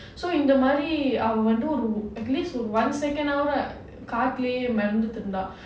so இந்த மாதிரி அவ வந்து:indha maathiri ava vandhu at least one second காத்துலயே மெதந்துட்டு இருந்தா:kathulayae medhanthutu irundhaa